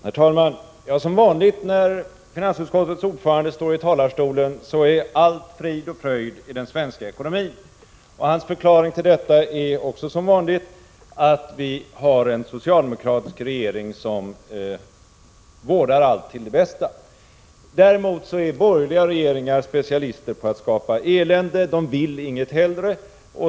Herr talman! Som vanligt när finansutskottets ordförande står i talarstolen gesintrycket att allt är frid och fröjd i den svenska ekonomin. Hans förklaring till detta är, också som vanligt, att vi har en socialdemokratisk regering som ser till att allt blir till det bästa. Däremot, menar han, är borgerliga regeringar specialister på att skapa elände — de vill inget hellre.